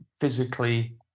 physically